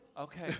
Okay